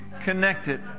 connected